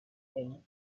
behavior